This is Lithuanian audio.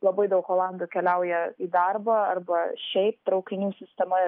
labai daug olandų keliauja į darbą arba šiaip traukinių sistema